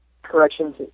Corrections